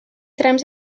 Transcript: trams